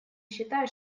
считаю